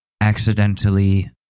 Accidentally